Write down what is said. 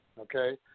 Okay